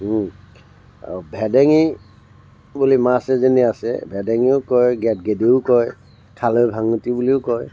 আৰু ভেদেঙী বুলি মাছ এজনী আছে ভেদেঙীও কয় গেদগেদীও কয় খালৈ ভাঙোতি বুলিও কয়